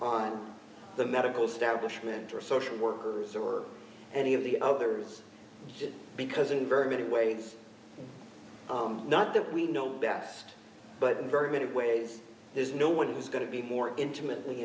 on the medical establishment or social workers or any of the others just because in very many ways not that we know best but in very many ways there's no one who is going to be more intimately